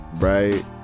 right